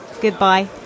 goodbye